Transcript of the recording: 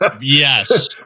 Yes